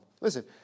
Listen